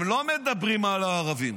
הם לא מדברים על הערבים.